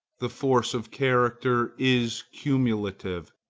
the force of character is cumulative.